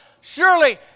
surely